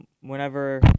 whenever